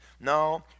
No